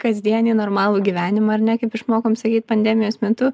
kasdienį normalų gyvenimą ar ne kaip išmokom sakyt pandemijos metu